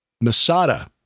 Masada